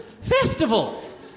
Festivals